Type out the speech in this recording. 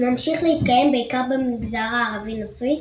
ממשיך להתקיים בעיקר במגזר הערבי-נוצרי,